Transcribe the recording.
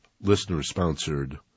listener-sponsored